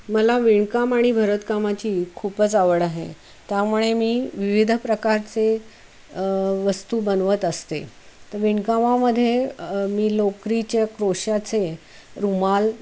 मला विणकाम आणि भरतकामाची खूपच आवड आहे त्यामुळे मी विविध प्रकारचे वस्तू बनवत असते तर विणकामामध्ये मी लोकरीच्या क्रोशाचे रुमाल